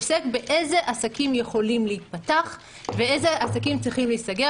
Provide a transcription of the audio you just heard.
עוסק באילו עסקים יכולים להיפתח ובאילו עסקים צריכים להיסגר.